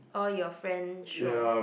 all your friend show